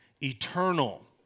eternal